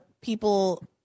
people